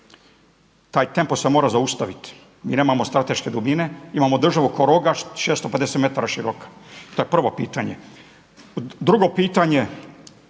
Taj tempo se mora zaustaviti. Mi nemamo strateške dubine, imamo državu ko … 650 metara široka. To je prvo pitanje. Drugo pitanje